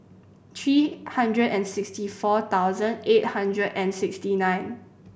three hundred and sixty four thousand eight hundred and sixty nine